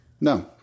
no